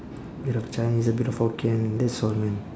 a bit of chinese a bit of hokkien that's all man